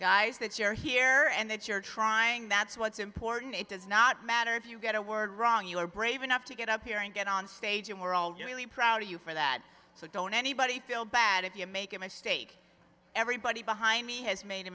guys that you're here and that you're trying that's what's important it does not matter if you get a word wrong you are brave enough to get up here and get on stage and we're all really proud of you for that so don't anybody feel bad if you make a mistake everybody behind me has made a